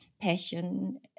passion